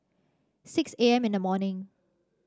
six A M in the morning